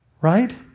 Right